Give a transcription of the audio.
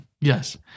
Yes